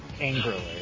angrily